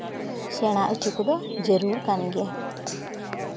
ᱥᱮᱲᱟ ᱦᱚᱪᱚ ᱠᱚᱫᱚ ᱡᱟᱹᱨᱩᱲ ᱠᱟᱱ ᱜᱮᱭᱟ